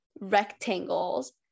rectangles